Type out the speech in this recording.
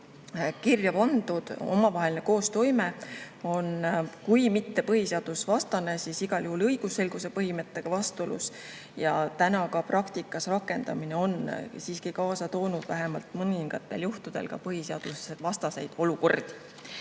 kirja pandud normi omavaheline koostoime on kui mitte põhiseadusvastane, siis igal juhul õigusselguse põhimõttega vastuolus. Ja ka seaduse praktikas rakendamine on siiski kaasa toonud vähemalt mõningatel juhtudel ka põhiseadusvastaseid olukordi.